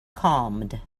calmed